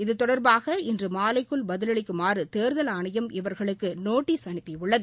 இது தொடர்பாகஇன்று மாலைக்குள் பதிலளிக்குமாறு தேர்தல் ஆணையம் இவர்களுக்கு நோட்டிஸ் அனுப்பியுள்ளது